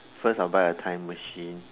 first I'll buy a time machine